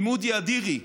עם אודי אדירי,